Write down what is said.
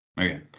Okay